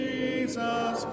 Jesus